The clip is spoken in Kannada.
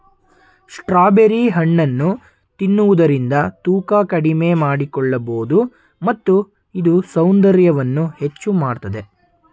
ಸ್ಟ್ರಾಬೆರಿ ಹಣ್ಣನ್ನು ತಿನ್ನುವುದರಿಂದ ತೂಕ ಕಡಿಮೆ ಮಾಡಿಕೊಳ್ಳಬೋದು ಮತ್ತು ಇದು ಸೌಂದರ್ಯವನ್ನು ಹೆಚ್ಚು ಮಾಡತ್ತದೆ